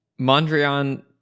Mondrian